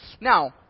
Now